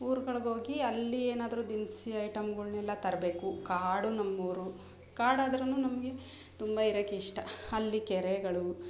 ಊರ್ಗಳ್ಗೆ ಹೋಗಿ ಅಲ್ಲಿ ಏನಾದರು ದಿನಸಿ ಐಟಮ್ಗಳ್ನೆಲ್ಲ ತರಬೇಕು ಕಾಡು ನಮ್ಮ ಊರು ಕಾಡಾದ್ರು ನಮಗೆ ತುಂಬ ಇರೋಕ್ಕೆ ಇಷ್ಟ ಅಲ್ಲಿ ಕೆರೆಗಳು